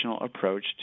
approach